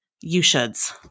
you-shoulds